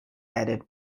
added